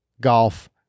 golf